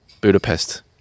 Budapest